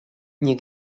nie